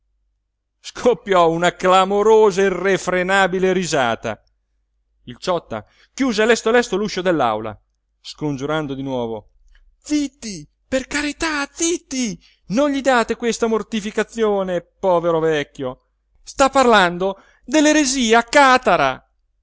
scoppiò una clamorosa irrefrenabile risata il ciotta chiuse lesto lesto l'uscio dell'aula scongiurando di nuovo zitti per carità zitti non gli date questa mortificazione povero vecchio sta parlando dell'eresia catara